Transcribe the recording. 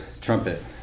trumpet